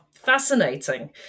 Fascinating